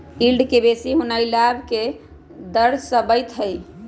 yield के बेशी होनाइ लाभ के दरश्बइत हइ